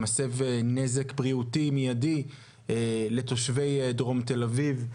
שמסב נזק בריאותי מידי לתושבי דרום תל אביב.